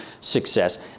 success